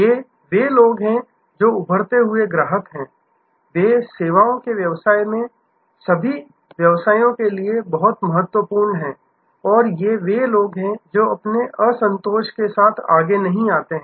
ये वे लोग हैं जो उभरते हुए ग्राहक हैं वे सेवाओं के व्यवसायों में सभी व्यवसायों के लिए बहुत महत्वपूर्ण हैं और ये वे लोग हैं जो अपने असंतोष के साथ आगे नहीं आते हैं